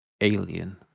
alien